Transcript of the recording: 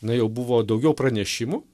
na jau buvo daugiau pranešimų